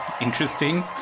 interesting